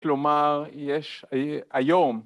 ‫כלומר, יש היום...